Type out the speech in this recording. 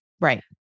Right